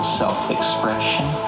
self-expression